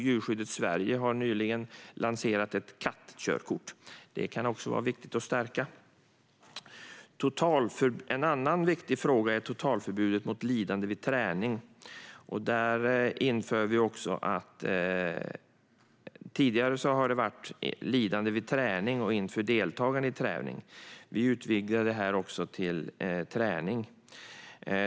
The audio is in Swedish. Djurskyddet Sverige har nyligen lanserat ett kattkörkort, och detta kan vara viktigt att stärka. En annan viktig fråga är totalförbudet mot lidande vid träning. Tidigare har detta formulerats som att det gäller lidande vid tävling och inför deltagande i tävling, men vi utvidgar det till att även gälla träning.